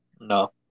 No